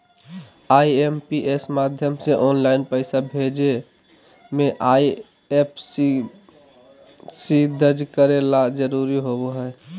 IMPS माध्यम से online पैसा भेजे मे आई.एफ.एस.सी दर्ज करे ला जरूरी होबो हय